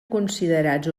considerats